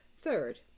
Third